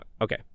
...okay